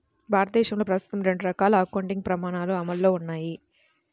భారతదేశంలో ప్రస్తుతం రెండు రకాల అకౌంటింగ్ ప్రమాణాలు అమల్లో ఉన్నాయి